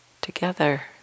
together